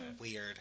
weird